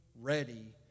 ready